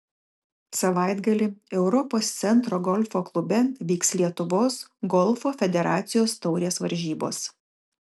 savaitgalį europos centro golfo klube vyks lietuvos golfo federacijos taurės varžybos